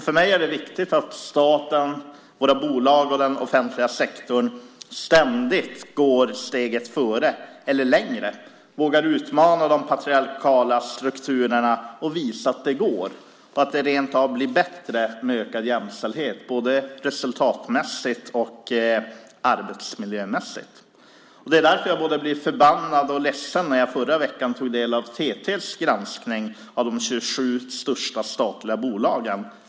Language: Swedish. För mig är det viktigt att staten, våra bolag och den offentliga sektorn ständigt går steget före eller längre och vågar utmana de patriarkala strukturerna och visa att det går och att det rentav blir bättre med ökad jämställdhet både resultatmässigt och arbetsmiljömässigt. Det var därför som jag blev både förbannad och ledsen när jag i förra veckan tog del av TT:s granskning av de 27 största statliga bolagen.